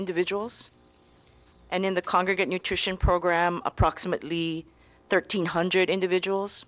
individuals and in the congregate nutrition program approximately thirteen hundred individuals